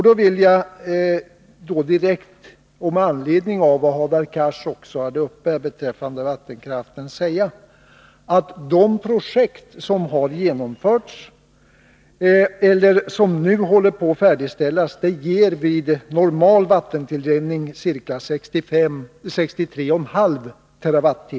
Då vill jag direkt, med anledning av vad Hadar Cars tog upp, beträffande vattenkraften säga att de projekt som har genomförts eller som håller på att färdigställas ger vid normal vattentilldelning ca 63,5 TWh per år.